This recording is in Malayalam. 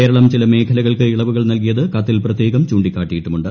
കേരളം ചില മേഖലകൾക്ക് ഇളവുകൾ നൽകിയത് കത്തിൽ പ്രത്യേകം ചൂണ്ടിക്കാട്ടിയിട്ടുമുണ്ട്